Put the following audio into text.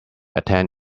attain